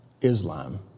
Islam